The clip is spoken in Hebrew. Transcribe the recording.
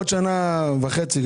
עוד שנה וחצי,